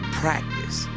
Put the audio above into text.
practice